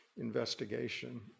investigation